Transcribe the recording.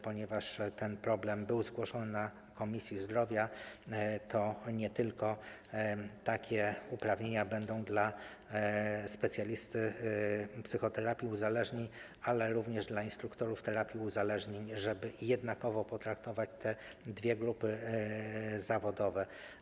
Ponieważ ten problem był zgłoszony w Komisji Zdrowia, to takie uprawnienia będą nie tylko dla specjalisty psychoterapii uzależnień, ale również dla instruktorów terapii uzależnień, żeby jednakowo potraktować te dwie grupy zawodowe.